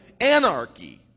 anarchy